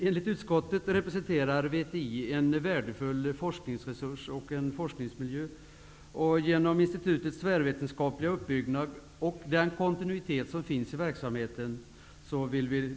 Enligt utskottet representerar VTI en värdefull forskningsresurs och forskningsmiljö genom institutets tvärvetenskapliga uppbyggnad och den kontinuitet som finns i verksamheten.